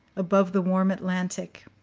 above the warm atlantic.